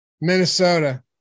Minnesota